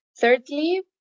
Thirdly